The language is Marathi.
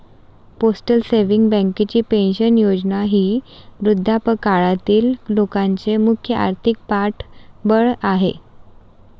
पोस्टल सेव्हिंग्ज बँकेची पेन्शन योजना ही वृद्धापकाळातील लोकांचे मुख्य आर्थिक पाठबळ आहे